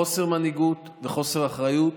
חוסר מנהיגות וחוסר אחריות,